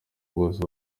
bose